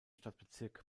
stadtbezirk